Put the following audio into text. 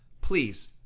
Please